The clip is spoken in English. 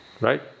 Right